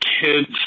kids